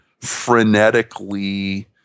frenetically